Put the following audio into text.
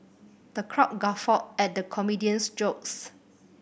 the crowd guffawed at the comedian's jokes